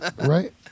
Right